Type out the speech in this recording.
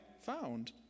found